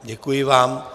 Děkuji vám.